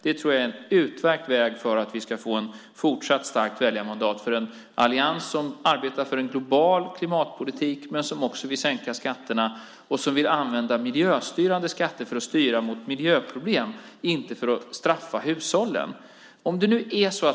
Det är en utmärkt väg för att vi ska få ett fortsatt starkt väljarmandat för en allians som arbetar för en global klimatpolitik men som också vill sänka skatterna och som vill använda miljöstyrande skatter mot miljöproblem, inte straffa hushållen.